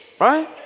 Right